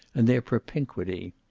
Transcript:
and their propinquity.